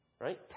Right